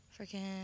freaking